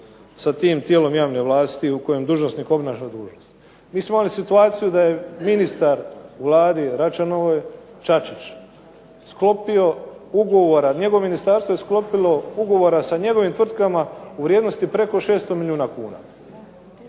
sa tim tijelom javne vlasti u kojoj dužnosnik obavlja dužnost. Mi smo imali situaciju da je ministar u Vladi Račanovoj Čačić sklopio ugovor, a njegovo ministarstvo je sklopilo ugovora sa njegovim tvrtkama u vrijednosti preko 600 milijuna kuna.